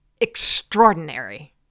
extraordinary